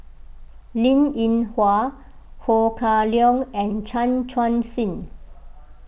Linn in Hua Ho Kah Leong and Chan Chun Sing